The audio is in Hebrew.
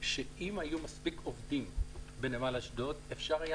שאם היו מספיק עובדים בנמל אשדוד אפשר היה